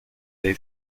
they